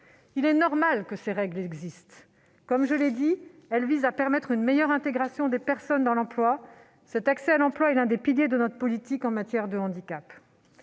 Il est normal que ces règles existent. Comme je l'ai souligné, elles visent à permettre une meilleure intégration des personnes dans l'emploi. Cet accès à l'emploi est l'un des piliers de notre politique en matière de handicap.